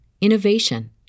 innovation